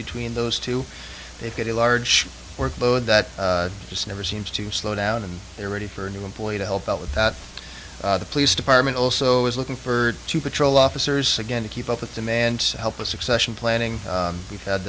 between those two they've got a large workload that just never seems to slow down and they're ready for a new employee to help out with the police depart and also is looking further to patrol officers again to keep up with them and help with succession planning we've had